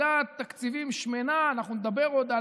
לחבילת תקציבים שמנה, ואנחנו נדבר עוד.